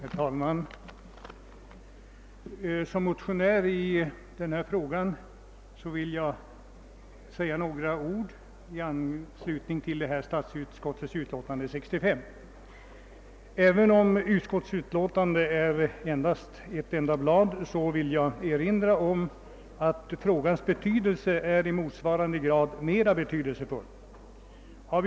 Herr talman! Som motionär i denna fråga vill jag säga några ord i anslutning till statsutskottets utlåtande nr 165. Utskottets utlåtande består av ett enda blad, men ju mindre pappersmängd som tagits i anspråk för ett utlåtande desto mera betydelsefull är ofta frågan.